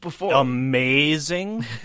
amazing